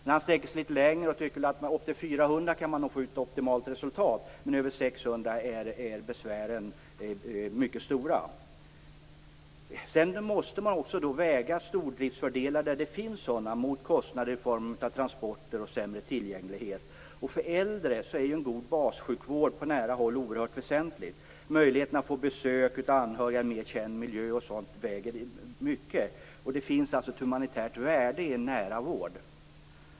Men han sträcker sig litet längre och tycker att man nog kan få ut optimalt resultat av upp till 400 platser, men över 600 är besvären mycket stora. Sedan måste man också väga stordriftsfördelar där det finns sådana mot kostnader i form av transporter och sämre tillgänglighet. För äldre är ju en god bassjukvård på nära håll oerhört väsentlig. Möjligheten att få besök av anhöriga, mer känd miljö och sådant väger tungt. Det finns alltså ett humanitärt värde i nära vård.